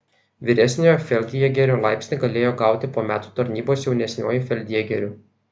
vyresniojo feldjėgerio laipsnį galėjo gauti po metų tarnybos jaunesniuoju feldjėgeriu